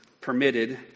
permitted